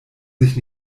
sich